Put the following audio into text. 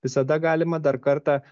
visada galima dar kartą